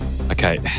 Okay